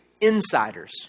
insiders